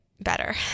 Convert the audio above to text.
better